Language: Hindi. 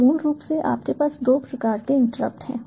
तो मूल रूप से आपके पास दो प्रकार के इंटरप्ट हैं